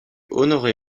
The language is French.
honoré